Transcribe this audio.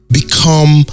become